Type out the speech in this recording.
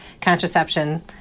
contraception